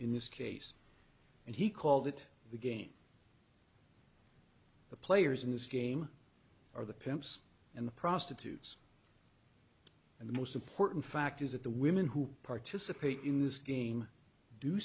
in this case and he called it the game the players in this game are the pimps and prostitutes and the most important fact is that the women who participate in this game do